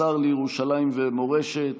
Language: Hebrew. השר לירושלים ומורשת,